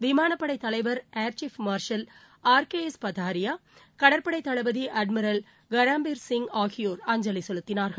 விமானப்படைத் தலைவர் air chief marshal R K S Bhadauria கடற்படைத் தளபதி அட்மிரல் கராம்பீர் சிங் ஆகியோர் அஞ்சலி செலுத்தினார்கள்